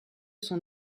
son